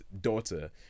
daughter